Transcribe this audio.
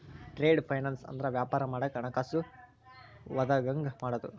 trade finance ಅಂದ್ರ ವ್ಯಾಪಾರ ಮಾಡಾಕ ಹಣಕಾಸ ಒದಗಂಗ ಮಾಡುದು